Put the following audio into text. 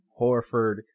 Horford